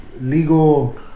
legal